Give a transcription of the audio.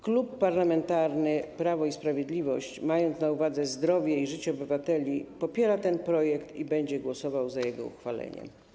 Klub Parlamentarny Prawo i Sprawiedliwość, mając na uwadze zdrowie i życie obywateli, popiera ten projekt i będzie głosował za jego uchwaleniem.